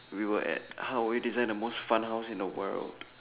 we were at how we design the most fun house in the world